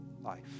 life